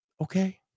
Okay